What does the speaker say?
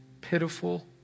pitiful